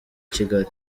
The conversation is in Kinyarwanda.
kigali